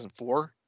2004